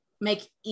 make